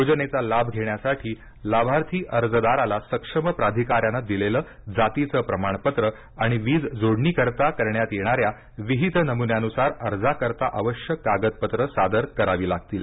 योजनेचा लाभ घेण्यासाठी लाभार्थी अर्जदाराला सक्षम प्राधिकाऱ्यानं दिलेलं जातीचं प्रमाणपत्र आणि वीज जोडणीकरीता करण्यात येणाऱ्या विहित नमुन्यानुसार अर्जाकरीता आवश्यक कागदपत्र सादर करावी लागतील